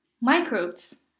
Microbes